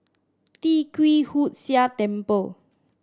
Tee Kwee Hood Sia Temple